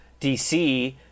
DC